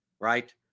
right